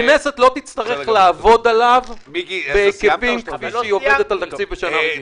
הכנסת לא תצטרך לעבוד עליו בהיקפים כפי שהיא עובדת על תקציב בשנה רגילה.